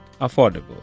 Affordable